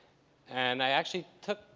and i actually took,